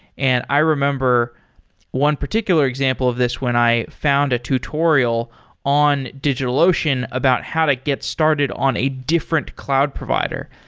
and i remember one particular example of this when i found a tutorial on digitalocean about how to get started on a different cloud provider.